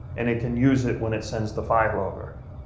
and it can use it when it sends the file over.